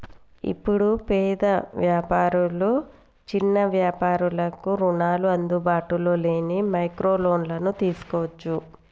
ఇప్పుడు పేద వ్యాపారులు చిన్న వ్యాపారులకు రుణాలు అందుబాటులో లేని మైక్రో లోన్లను తీసుకోవచ్చు